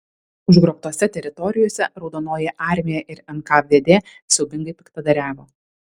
užgrobtose teritorijose raudonoji armija ir nkvd siaubingai piktadariavo